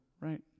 right